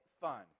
fun